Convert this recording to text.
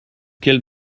quel